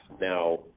Now